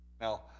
Now